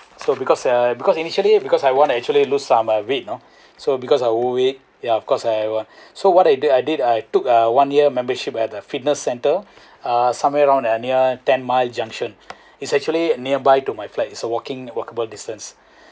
so because uh because initially because I want to actually lose some uh weight you know so because I old way ya because I have so what I did I did I took a one year membership at the fitness centre uh somewhere round near ten mile junction is actually nearby to my place is a walking walkable distance